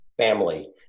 family